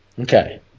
Okay